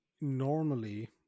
normally